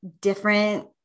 different